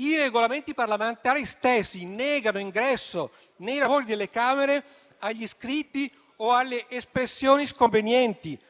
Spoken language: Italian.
i Regolamenti parlamentari stessi negano l'ingresso nei lavori delle Camere agli scritti o alle espressioni sconvenienti,